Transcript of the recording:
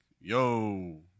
yo